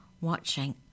watching